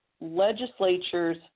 legislatures